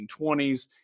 1920s